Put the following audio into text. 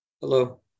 hello